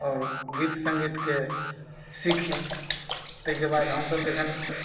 आओर गीत संगीतके सीखी ताहिकेबाद हमसब जखन